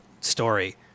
story